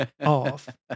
off